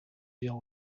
deal